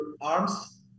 arms